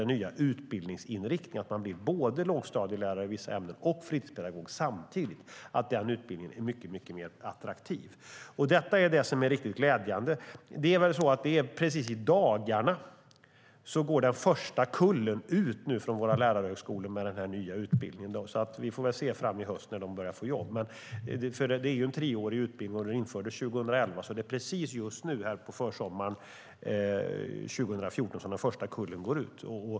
Den nya utbildningsinriktningen där man samtidigt blir både lågstadielärare i vissa ämnen och fritidspedagog gör att utbildningen blir mycket mer attraktiv. Detta är riktigt glädjande. Precis i dagarna går den första kullen som har den nya utbildningen ut från våra lärarhögskolor. Vi får väl se framåt hösten när de börjar få jobb. Det är en treårig utbildning som infördes 2011, så det är alltså nu på försommaren 2014 som den första kullen går ut.